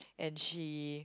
and she